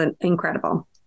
incredible